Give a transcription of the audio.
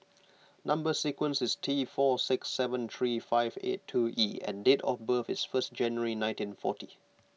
Number Sequence is T four six seven three five eight two E and date of birth is first January nineteen forty